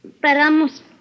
paramos